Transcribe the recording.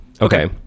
Okay